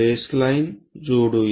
baseline जोडूया